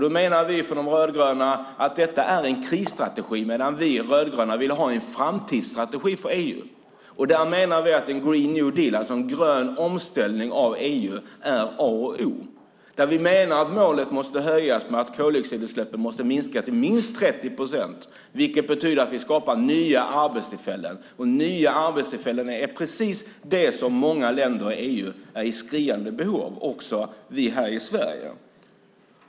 Vi från de rödgröna menar att detta är en krisstrategi, men vi vill ha en framtidsstrategi för EU. Vi menar att en green new deal, alltså en grön omställning av EU, är A och O. Vi menar att målet måste höjas så att koldioxidutsläppen måste minskas till minst 30 procent, vilket betyder att vi skapar nya arbetstillfällen, och nya arbetstillfällen är precis det som många länder i EU är i skriande behov av, också vi här i Sverige.